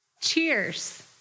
Cheers